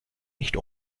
nicht